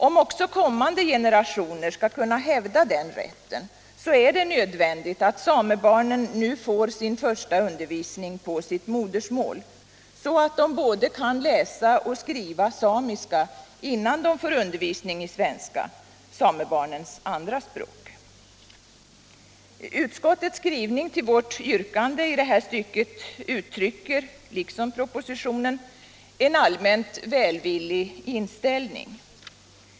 Om också kommande generationer skall kunna hävda den rätten, är det nödvändigt att samebarnen nu får sin första undervisning på sitt modersmål. så att de kan både läsa och skriva samiska innan de får undervisning i svenska, samebarnens andra språk. Utskottets skrivging med anledning av vårt yrkande i det här stycket uttrycker liksom propositionen en allmänt välvillig inställning.